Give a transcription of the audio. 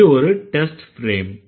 இது ஒரு test frame